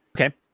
okay